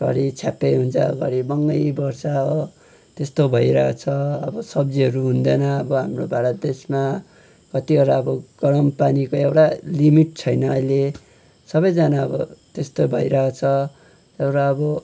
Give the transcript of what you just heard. घरी छ्यापै हुन्छ घरी बङ्गै बढ्छ हो त्यस्तो भइरहेछ अब सब्जीहरू हुँदेन अब हाम्रो भारत देशमा कतिवटा अब गरम पानीको एउटा लिमिट छैन अहिले सबैजाना अब त्यस्तो भइरहेछ एउटा अब